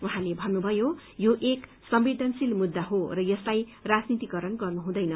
उहाँले भत्रुभयो यो एक संवदेनशील मुद्दा हो र यसलाई राजनीतिकरण गर्न हुँदैन